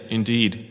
Indeed